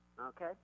okay